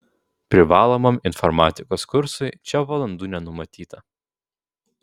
privalomam informatikos kursui čia valandų nenumatyta